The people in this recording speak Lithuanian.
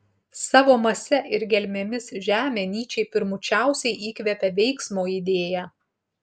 savo mase ir gelmėmis žemė nyčei pirmučiausiai įkvepia veiksmo idėją